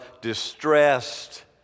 distressed